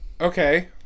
okay